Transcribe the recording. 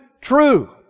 true